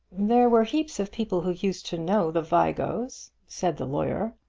there were heaps of people who used to know the vigos, said the lawyer.